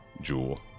Jewel